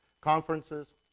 conferences